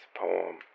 poem